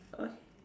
oak